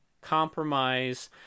compromise